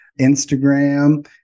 Instagram